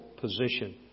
position